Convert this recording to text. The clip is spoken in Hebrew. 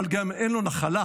אבל גם אין לו נחלה.